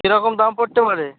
কেরকম দাম পড়তে পারে